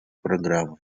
программы